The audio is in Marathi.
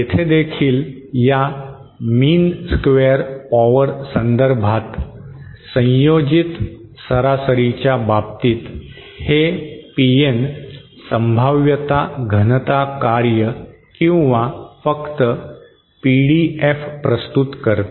येथे देखील या मीन स्क्वेअर पॉवर संदर्भात संयोजित सरासरीच्या बाबतीत हे पीएन संभाव्यता घनता कार्य किंवा फक्त पीडीएफ प्रस्तुत करते